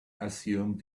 assumed